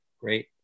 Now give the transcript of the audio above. Great